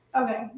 Okay